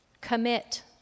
Commit